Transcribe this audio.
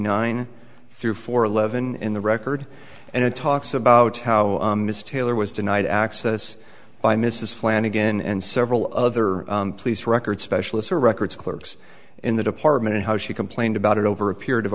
nine through four eleven in the record and it talks about how ms taylor was denied access by mrs flannagan and several other police records specialists are records clerks in the department and how she complained about it over a period of